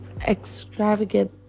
Extravagant